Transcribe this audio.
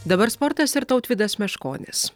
dabar sportas ir tautvydas meškonis